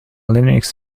linux